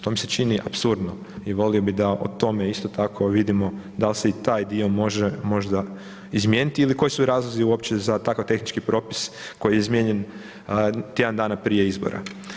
To mi se čini apsurdno i volio bi da o tome isto tako vidimo dal se i taj dio može možda izmijeniti ili koji su razlozi uopće za takav tehnički propis koji je izmijenjen tjedan dana prije izbora.